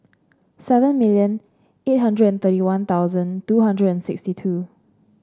seven million eight hundred and thirty One Thousand two hundred and sixty two